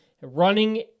running